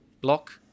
block